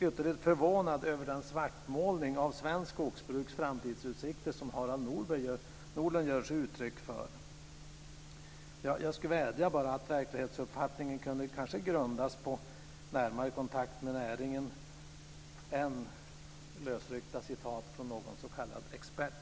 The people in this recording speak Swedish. ytterligt förvånad över den svartmålning av svenskt skogsbruks framtidsutsikter som Harald Nordlund ger uttryck för. Jag skulle vilja vädja om att verklighetsuppfattningen grundas på närmare kontakt med näringen än på lösryckta citat från någon s.k. expert.